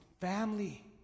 family